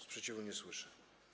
Sprzeciwu nie słyszę.